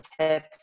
tips